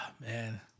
Man